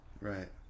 Right